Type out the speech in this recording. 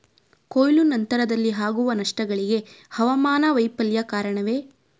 ಕೊಯ್ಲು ನಂತರದಲ್ಲಿ ಆಗುವ ನಷ್ಟಗಳಿಗೆ ಹವಾಮಾನ ವೈಫಲ್ಯ ಕಾರಣವೇ?